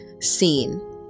seen